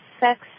sex